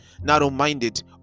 narrow-minded